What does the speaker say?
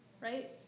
right